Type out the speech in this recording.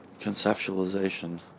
conceptualization